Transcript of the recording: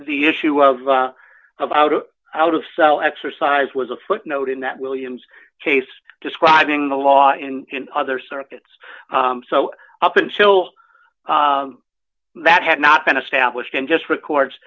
the issue of of out of out of cell exercise was a footnote in that williams case describing the law in other circuits so up until that had not been established in just records